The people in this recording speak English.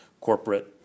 corporate